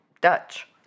Dutch